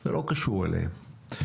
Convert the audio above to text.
זה לא קשור אליהם.